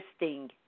interesting